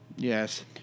Yes